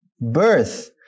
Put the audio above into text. birth